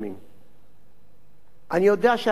אני יודע שההצעה זוכה לביקורת.